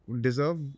deserve